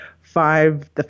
five